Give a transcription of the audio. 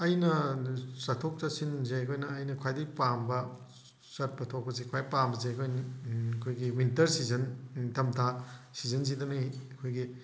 ꯑꯩꯅ ꯆꯠꯊꯣꯛ ꯆꯠꯁꯤꯟꯁꯦ ꯑꯩꯈꯣꯏꯅ ꯑꯩꯅ ꯈ꯭ꯋꯥꯏꯗꯩ ꯄꯥꯝꯕ ꯆꯠꯄ ꯊꯣꯛꯄꯁꯤ ꯈ꯭ꯋꯥꯏ ꯄꯥꯝꯕꯁꯤ ꯑꯩꯈꯣꯏ ꯑꯩꯈꯣꯏꯒꯤ ꯋꯤꯟꯇꯔ ꯁꯤꯖꯟ ꯅꯤꯡꯊꯝ ꯊꯥ ꯁꯤꯖꯟꯁꯤꯗꯅꯤ ꯑꯩꯈꯣꯏꯒꯤ